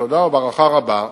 בתודה ובהערכה רבה,